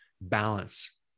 balance